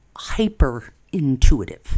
hyper-intuitive